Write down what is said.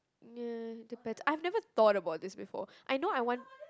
uh depends I've never thought about this before I know I want